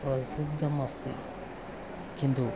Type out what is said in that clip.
प्रसिद्धम् अस्ति किन्तु